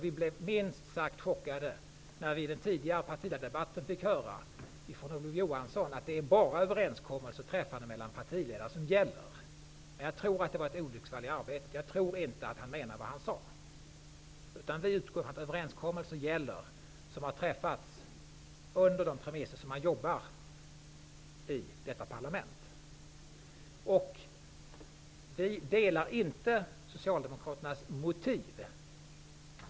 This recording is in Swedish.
Vi blev minst sagt chockade när vi i partiledardebatten fick höra ifrån Olof Johansson att det bara är överenskommelser som har träffats mellan partiledare som gäller. Jag tror att det var ett olycksfall i arbetet. Jag tror inte att han menar vad han sade. Vi utgår från att överenskommelser som har träffats under de premisser som man jobbar med i detta parlament gäller. Vi ställer oss inte bakom Socialdemokraternas motiv.